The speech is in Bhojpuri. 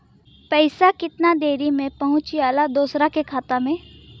पैसा कितना देरी मे पहुंचयला दोसरा के खाता मे?